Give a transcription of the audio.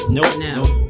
Nope